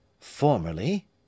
Formerly